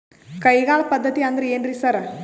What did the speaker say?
ಕೈಗಾಳ್ ಪದ್ಧತಿ ಅಂದ್ರ್ ಏನ್ರಿ ಸರ್?